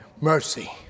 mercy